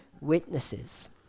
witnesses